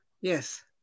Yes